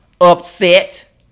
upset